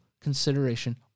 consideration